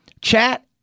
Chat